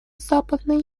западной